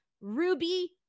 Ruby